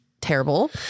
terrible